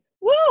Woo